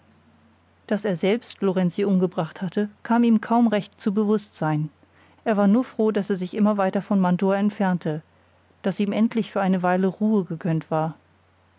daß er selbst lorenzi umgebracht hatte kam ihm kaum recht zu bewußtsein er war nur froh daß er sich immer weiter von mantua entfernte daß ihm endlich für eine weile ruhe gegönnt war